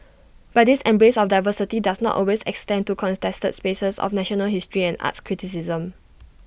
but this embrace of diversity does not always extend to contested spaces of national history and arts criticism